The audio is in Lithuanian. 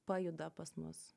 pajuda pas mus